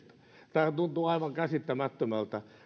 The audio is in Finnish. tämähän tuntuu aivan käsittämättömältä